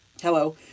Hello